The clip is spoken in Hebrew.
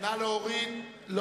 ההסתייגות של קבוצת הארבעה לסעיף 05,